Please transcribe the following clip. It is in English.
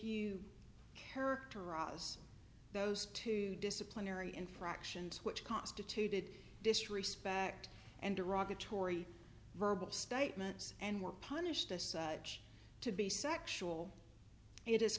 you characterize those two disciplinary infractions which constituted disrespect and derogatory verbal statements and were punished as to be sexual it